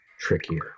trickier